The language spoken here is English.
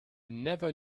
never